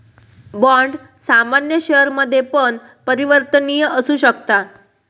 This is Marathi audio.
बाँड सामान्य शेयरमध्ये पण परिवर्तनीय असु शकता